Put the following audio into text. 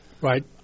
right